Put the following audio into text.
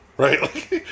Right